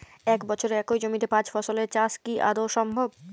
এক বছরে একই জমিতে পাঁচ ফসলের চাষ কি আদৌ সম্ভব?